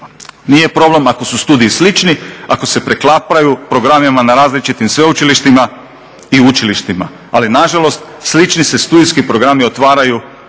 Nije problem ako su studiji slični, ako se preklapaju programima na različitim sveučilištima i učilištima. Ali na žalost, slični se studijski programi otvaraju